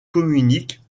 communiquent